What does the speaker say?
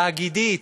תאגידית,